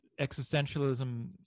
existentialism